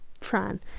Fran